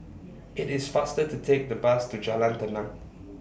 IT IS faster to Take The Bus to Jalan Tenang